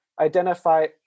identify